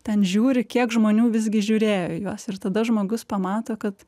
ten žiūri kiek žmonių visgi žiūrėjo į juos ir tada žmogus pamato kad